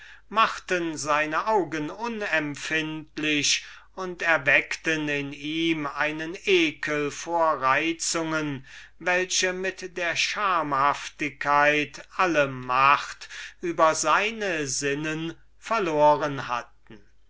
machten seine augen unempfindlich und erweckten ihm einen ekel vor reizungen die mit der schamhaftigkeit alle ihre macht auf ihn verloren hatten